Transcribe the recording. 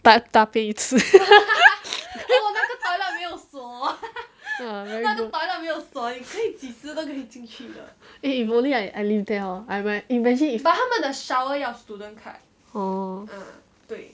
but 大便一次 ah very eh if only I I live there hor I might imagine oh